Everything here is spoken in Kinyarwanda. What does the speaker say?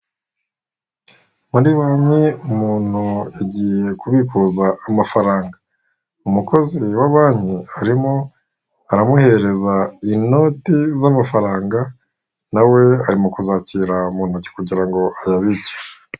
Muri banki, umuntu yagiye kubikuza amafaranga. Umukozi wa banki arimo aramuhereza inote z'amafaranga nawe ari mu kuzakira mu ntoki kugira ngo ayabike.